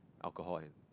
alcohol and